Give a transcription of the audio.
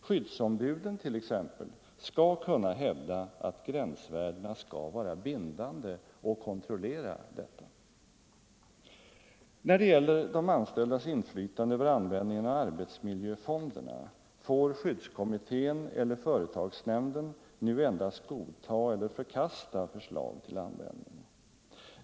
Skyddsombuden t.ex. skall kunna hävda att gränsvärdena skall vara bindande och kontrollera detta. När det gäller de anställdas inflytande över användningen av arbetsmiljöfonderna får skyddskommittén eller företagsnämnden nu endast godta eller förkasta förslag till användning.